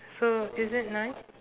so is it nice